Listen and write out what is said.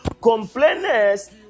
Complainers